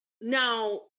now